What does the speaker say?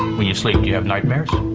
when you sleep do you have nightmares?